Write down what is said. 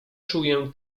czuję